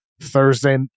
Thursday